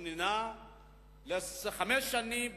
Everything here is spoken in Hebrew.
תוכננה לחמש שנים,